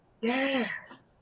Yes